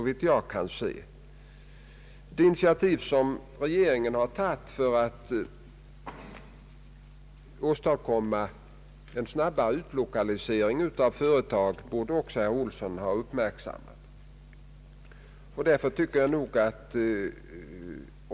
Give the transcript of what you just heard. De initiativ som regeringen har tagit för att åstadkomma en snabbare utlokalisering av företag borde också herr Olsson ha uppmärksammat.